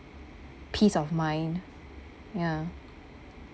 piece of mind ya